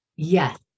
Yes